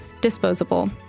disposable